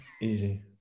Easy